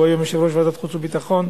שהוא היום יושב-ראש ועדת החוץ והביטחון,